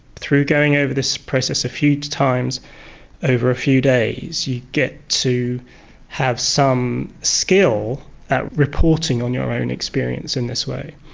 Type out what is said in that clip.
through going over this process a few times over a few days you get to have some skill at reporting on your own experience in this way.